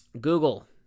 Google